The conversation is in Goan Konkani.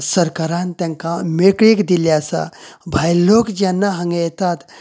सरकारान तांकां मेकळीक दिल्ली आसा भायल लोक जेन्ना हांगा येतात ते